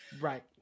Right